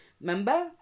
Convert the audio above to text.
remember